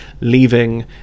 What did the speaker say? leaving